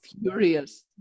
furious